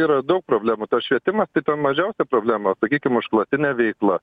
yra daug problemų tas švietimas tai ten mažiausia problema sakykim užklasinė veikla